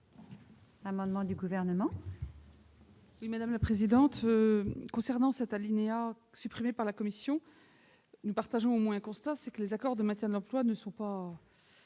l'amendement du Gouvernement,